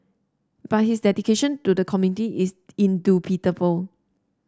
but his dedication do the community is indubitable